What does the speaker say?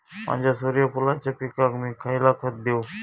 माझ्या सूर्यफुलाच्या पिकाक मी खयला खत देवू?